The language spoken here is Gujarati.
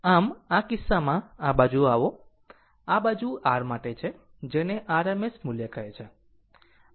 આમ આ કિસ્સામાં આ બાજુ આવો આ બાજુ r માટે છે જેને RMS મૂલ્ય કહે છે